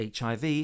HIV